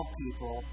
people